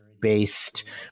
based